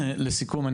לסיכום,